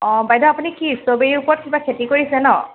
অ বাইদেউ আপুনি কি ষ্ট্ৰবেৰীৰ ওপৰত কিবা খেতি কৰিছে ন'